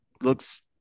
looks